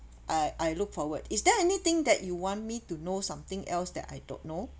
I I look forward is there anything that you want me to know something else that I don't know